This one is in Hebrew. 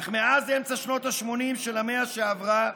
אך מאז אמצע שנות השמונים של המאה שעברה,